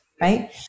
right